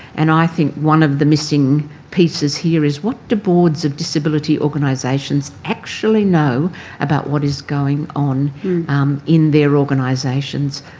and i think one of the missing pieces here is what do boards of disability organisations actually know about what is going on in their organisations?